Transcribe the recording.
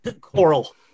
coral